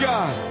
God